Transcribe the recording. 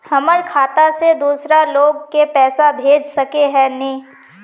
हमर खाता से दूसरा लोग के पैसा भेज सके है ने?